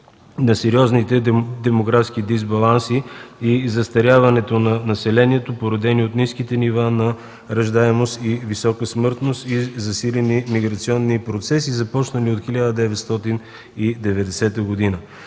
на сериозните демографски дисбаланси и застаряване на населението, породени от ниските нива на раждаемост, висока смъртност и засилени миграционни процеси, започнали от 1990 г.